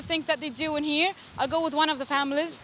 of things that they do and here i'll go with one of the family